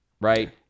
right